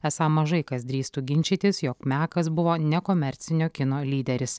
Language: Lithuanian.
esą mažai kas drįstų ginčytis jog mekas buvo nekomercinio kino lyderis